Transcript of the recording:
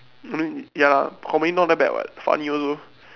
I mean ya comedy not that bad [what] funny also